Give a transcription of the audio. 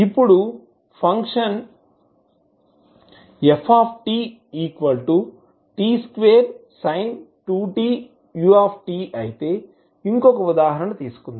ఇప్పుడు function f t2 sin 2t u అయితే ఇంకొక ఉదాహరణ తీసుకుందాం